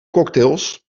cocktails